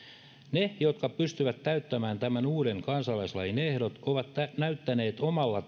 ne jotka pystyvät täyttämään tämän uuden kansalaisuuslain ehdot ovat näyttäneet omalla